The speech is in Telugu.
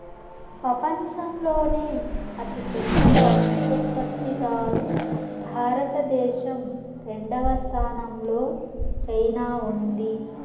పపంచంలోనే అతి పెద్ద పత్తి ఉత్పత్తి దారు భారత దేశం, రెండవ స్థానం లో చైనా ఉంది